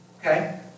Okay